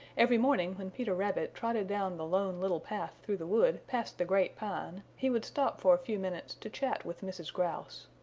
every morning when peter rabbit trotted down the lone little path through the wood past the great pine he would stop for a few minutes to chat with mrs. grouse.